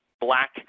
black